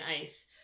ice